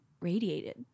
radiated